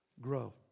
grow